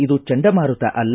ಇದು ಚಂಡಮಾರುತ ಅಲ್ಲ